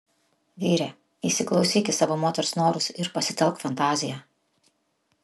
vyre įsiklausyk į savo moters norus ir pasitelk fantaziją